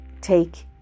take